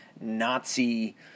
Nazi